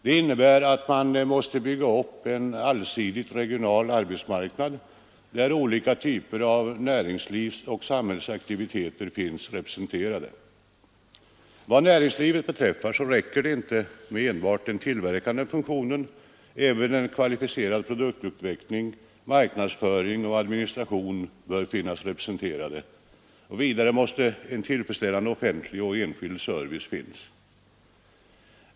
Detta innebär att man måste bygga upp en allsidigt regional arbetsmarknad, där olika typer av näringslivsoch samhälls aktiviteter finns representerade. Vad näringslivet beträffar räcker det inte med enbart den tillverkande funktionen. Även kvalificerad produktutveckling, marknadsföring och administration bör vara representerade. Vidare måste en tillfredsställande offentlig och enskild service finnas.